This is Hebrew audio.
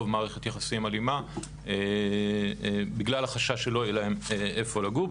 מערכת יחסים אלימה בגלל החשש שלא יהיה להן איפה לגור,